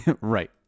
Right